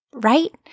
Right